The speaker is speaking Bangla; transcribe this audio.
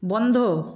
বন্ধ